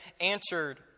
answered